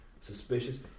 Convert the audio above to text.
suspicious